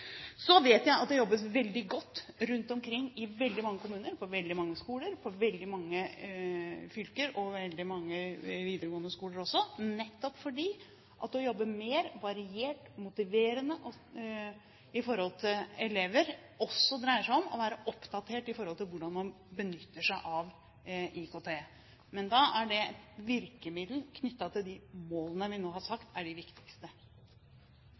vet at det jobbes veldig godt rundt omkring i veldig mange kommuner i veldig mange fylker på veldig mange skoler – også på veldig mange videregående skoler – nettopp fordi det å jobbe mer variert og mer motiverende overfor elever også dreier seg om å være oppdatert på hvordan man benytter seg av IKT. Men da er det et virkemiddel knyttet til de målene vi nå har sagt er de viktigste.